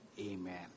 Amen